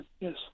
Yes